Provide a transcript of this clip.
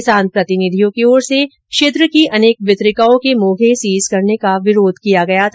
किसान प्रतिनिधियों की ओर से क्षेत्र की अनेक वितरिकाओं के मोघे सीज करने का विरोध किया गया था